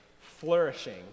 flourishing